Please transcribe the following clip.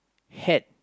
hat